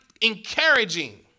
encouraging